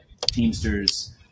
Teamsters